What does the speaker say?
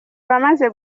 abamaze